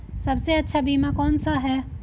सबसे अच्छा बीमा कौन सा है?